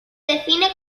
define